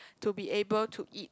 to be able to eat